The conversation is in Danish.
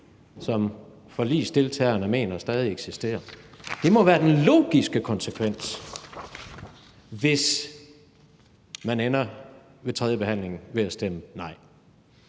som forligsdeltagerne mener stadig eksisterer? Det må være den logiske konsekvens, hvis man ved tredjebehandlingen ender med at stemme nej.